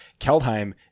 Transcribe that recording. keldheim